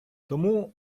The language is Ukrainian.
тому